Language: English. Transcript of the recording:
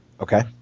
Okay